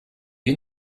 you